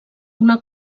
una